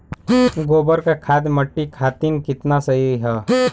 गोबर क खाद्य मट्टी खातिन कितना सही ह?